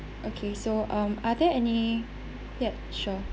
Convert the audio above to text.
okay so um are there any yup sure